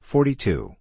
Forty-two